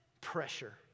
Pressure